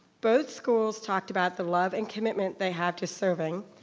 both schools talked about the love and commitment they have to serving,